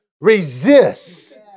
Resist